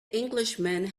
englishman